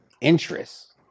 interests